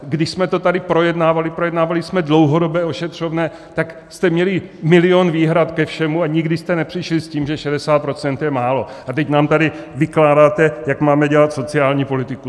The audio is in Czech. Když jsme to tady projednávali, projednávali jsme dlouhodobé ošetřovné, tak jste měli milion výhrad ke všemu a nikdy jste nepřišli s tím, že 60 % je málo, a teď nám tady vykládáte, jak máme dělat sociální politiku.